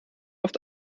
oft